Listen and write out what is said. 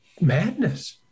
madness